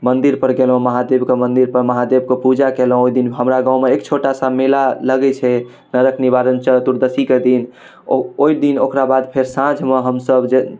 मन्दिरपर गेलहुँ महादेवके मन्दिरपर महादेवके पूजा केलहुँ ओहिदिन हमरा गाममे एक छोटा सा मेला लगै छै नरक निवारण चतुर्दशीके दिन ओहिदिन ओकराबाद फेर साँझमे हमसभ जे